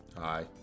Hi